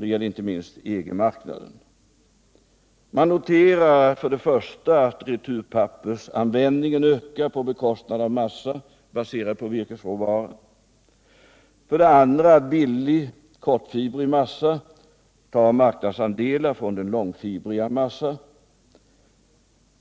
Det gäller inte minst EG-marknaden. Man noterar för det första att användningen av returpapper ökar på bekostnad av massa baserad på virkesråvara, för det andra hur kortfibrig massa tar marknadsandelar från den långfibriga massan,